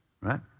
Right